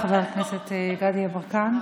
תודה רבה, חבר הכנסת גדי יברקן.